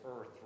earth